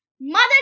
Mother